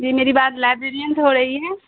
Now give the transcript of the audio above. جی میری بات لائیبریریئن سے ہو رہی ہے